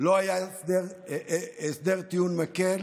שלא היה הסדר טיעון מקל